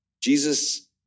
Jesus